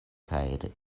kaj